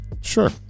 sure